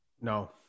No